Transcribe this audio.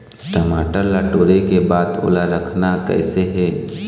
टमाटर ला टोरे के बाद ओला रखना कइसे हे?